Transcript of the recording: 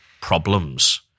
problems